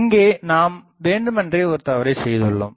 இங்கே நாம் வேண்டுமென்றே ஒரு தவறை செய்துள்ளோம்